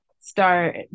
start